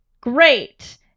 Great